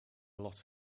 lot